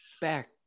back